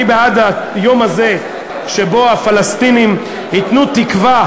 אני בעד היום הזה שבו הפלסטינים ייתנו תקווה